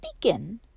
begin